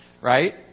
Right